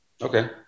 Okay